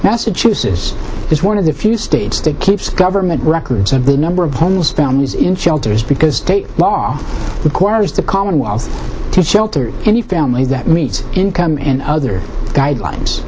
massachusetts is one of the few states that keeps government records of the number of homeless families in shelters because state law requires the commonwealth to shelter any family that meets income and other guidelines